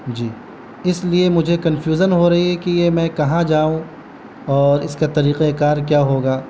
جی اس لیے مجھے کنفیوژن ہو رہی ہے کہ یہ میں کہاں جاؤں اور اس کا طریقہ کار کیا ہوگا